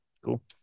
cool